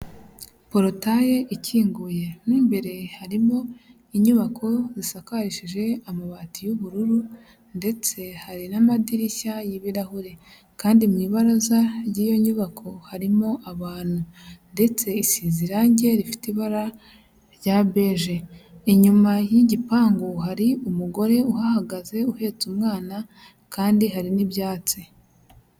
Porotaye ikinguye, mu imbere harimo inyubako zisakarishije amabati y'ubururu ndetse hari n'amadirishya y'ibirahure kandi mu ibaraza ry'iyo nyubako harimo abantu ndetse isize irangi rifite ibara rya beje, inyuma y'igipangu hari umugore uhahagaze uhetse umwana kandi hari n'ibyatsi.